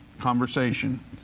conversation